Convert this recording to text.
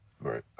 right